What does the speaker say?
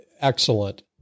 Excellent